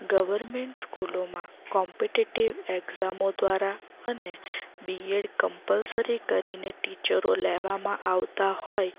government સ્કૂલોમાં competitive એક્ઝામો દ્વારા અને બીએડ કંપલસરી કરીને ટીચરો લેવામાં આવતા હોય